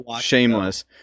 Shameless